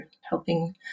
helping